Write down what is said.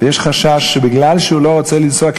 ויש חשש שמכיוון שהוא לא רוצה לנסוע,